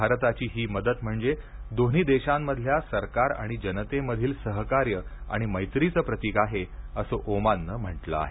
भारताची ही मदत म्हणजे दोन्ही देशांमधल्या सरकार आणि जनतेमधील सहकार्य आणि मैत्रीचं प्रतिक आहे असं ओमाननं म्हटलं आहे